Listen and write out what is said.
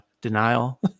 denial